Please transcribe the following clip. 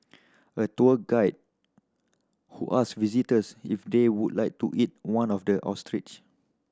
a tour guide who asked visitors if they would like to eat one of the ostrich